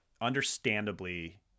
understandably